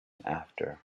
after